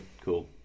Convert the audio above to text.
Cool